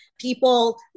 People